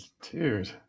Dude